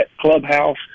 clubhouse